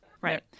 Right